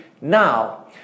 now